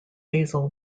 basal